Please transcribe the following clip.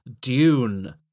Dune